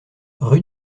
rue